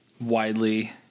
widely